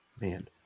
man